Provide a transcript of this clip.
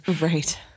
Right